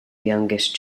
youngest